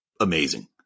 amazing